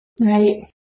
Right